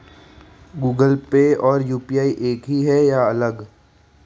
Google Pay और UPI एक ही है या अलग?